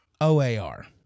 OAR